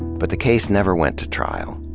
but the case never went to trial.